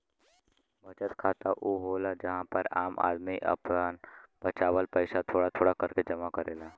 बचत खाता ऊ होला जहां पर आम आदमी आपन बचावल पइसा थोड़ा थोड़ा करके जमा करेला